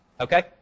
okay